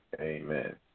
Amen